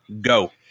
Go